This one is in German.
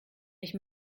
ich